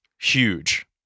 Huge